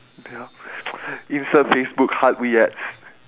what the hell insert facebook heart we ads